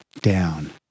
down